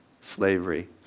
slavery